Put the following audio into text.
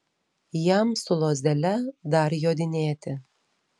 jam su lazdele dar jodinėti